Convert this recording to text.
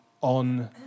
on